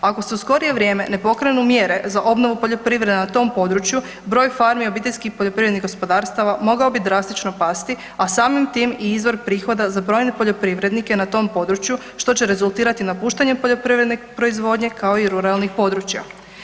Ako se u skorije vrijeme ne pokrenu mjere za obnovu poljoprivrede na tom području broj farmi obiteljskih poljoprivrednih gospodarstava mogao bi drastično pasti, a samim tim i izvor prihoda za brojne poljoprivrednike na tom području što će rezultirati napuštanjem poljoprivredne proizvodnje kao i ruralnih područja.